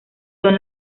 son